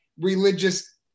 religious